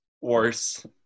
Worse